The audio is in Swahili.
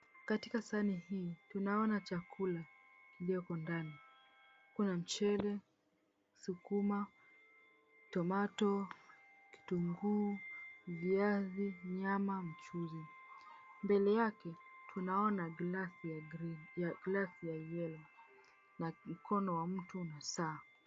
Katika sahani hii tunaona chakula kilioko ndani. Kuna mchele, sukuma, tomato , kitunguu, viazi, nyama, mchuzi. Mbele yake tunaona glasi ya green , glasi ya yellow na mkono wa mtu na saa.